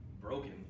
Broken